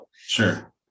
Sure